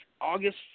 August